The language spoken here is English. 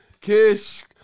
Kish